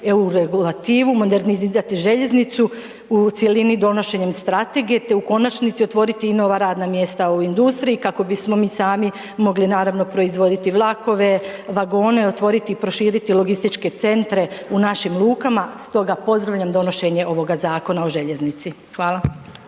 EU regulativu, modernizirati željeznicu u cjelini donošenjem strategije te u konačnosti otvoriti i nova radna mjesta u industriji kako bismo mi sami mogli naravno proizvoditi vlakove, vagone, otvoriti i proširiti logističke centre u našim lukama, stoga pozdravljam donošenje ovoga Zakona o željeznici. Hvala.